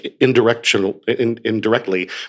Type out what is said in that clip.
indirectly